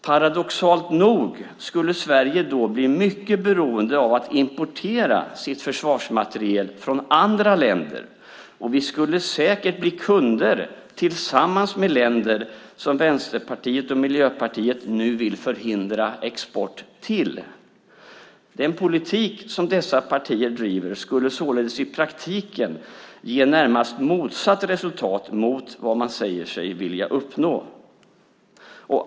Paradoxalt nog skulle Sverige då bli mycket beroende av att importera sin försvarsmateriel från andra länder, och vi skulle säkert bli kunder tillsammans med länder som Vänsterpartiet och Miljöpartiet nu vill förhindra export till. Den politik som dessa partier driver skulle således i praktiken kunna ge närmast motsatt resultat mot vad man säger sig vilja uppnå.